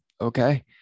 Okay